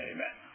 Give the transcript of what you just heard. Amen